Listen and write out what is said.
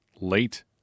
late